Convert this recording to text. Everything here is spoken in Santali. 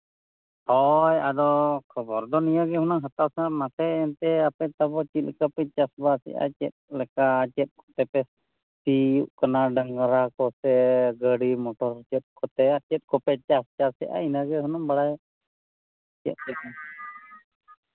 ᱦᱳᱭ ᱟᱫᱚ ᱠᱷᱚᱵᱚᱨ ᱫᱚ ᱱᱤᱭᱟᱹ ᱜᱮ ᱦᱩᱱᱟᱹᱝ ᱦᱟᱛᱟᱣ ᱥᱟᱱᱟ ᱢᱟᱥᱮ ᱚᱱᱛᱮ ᱟᱯᱮ ᱛᱟᱵᱚ ᱪᱮᱫᱞᱮᱠᱟ ᱯᱮ ᱪᱟᱥᱵᱟᱥᱮᱫᱼᱟ ᱪᱮᱫ ᱞᱮᱠᱟ ᱪᱮᱫ ᱠᱚᱛᱮ ᱯᱮ ᱥᱤ ᱦᱩᱭᱩᱜ ᱠᱟᱱᱟ ᱰᱟᱝᱨᱟ ᱠᱚᱥᱮ ᱜᱟᱹᱰᱤ ᱢᱚᱴᱚᱨ ᱪᱮᱫ ᱠᱚᱛᱮ ᱪᱮᱫ ᱠᱚᱯᱮ ᱪᱟᱥ ᱵᱟᱥᱮᱫᱼᱟ ᱤᱱᱟᱹᱜᱮ ᱦᱩᱱᱟᱹᱝ ᱵᱟᱲᱟᱭ ᱪᱮᱫ ᱠᱚᱯᱮ